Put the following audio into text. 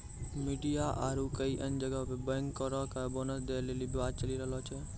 media आरु कई अन्य जगहो पे बैंकरो के बोनस दै लेली विवाद चलि रहलो छै